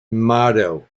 motto